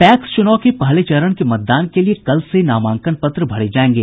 PACS चुनाव के पहले चरण के मतदान के लिए कल से नामांकन पत्र भरे जायेंगे